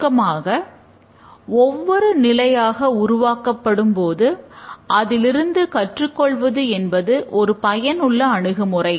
சுருக்கமாக ஒவ்வொரு நிலையாக உருவாக்கப்படும் போதும் அதிலிருந்து கற்றுக் கொள்வது என்பது ஒரு பயனுள்ள அணுகுமுறை